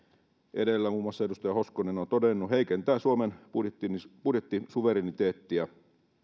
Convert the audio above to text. edellä muun muassa edustaja hoskonen on todennut suomen budjettisuvereniteettia